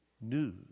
news